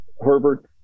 Herbert